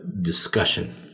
discussion